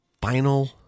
final